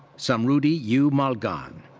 samrudhi u. malghan.